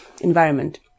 environment